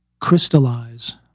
crystallize